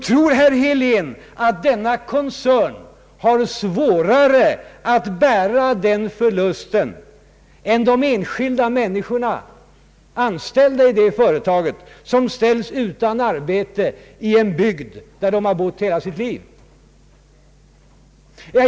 Tror herr Helén att denna koncern har svårare att bära den förlusten än de enskilda människorna, anställda i det företaget, som ställs utan arbete i en bygd där de har bott hela sitt liv?